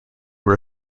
were